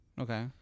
Okay